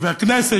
והכנסת,